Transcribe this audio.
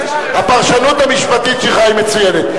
הפרשנות המשפטית שלך היא מצוינת.